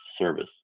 service